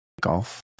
golf